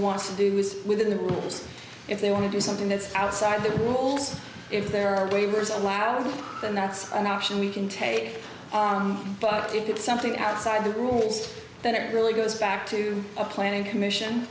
wants to do is within the rules if they want to do something that's outside the rules if there are waivers allowed then that's an option we can take but if it's something outside the rules then it really goes back to a planning commission